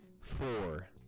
Four